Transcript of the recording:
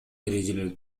эрежелер